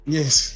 Yes